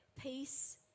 peace